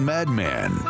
Madman